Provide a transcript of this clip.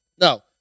No